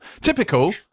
Typical